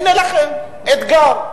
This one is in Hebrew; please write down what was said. הנה לכם, אתגר.